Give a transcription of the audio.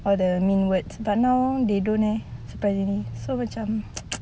all the mean words but now they don't eh surprisingly so macam